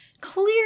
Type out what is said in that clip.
Clear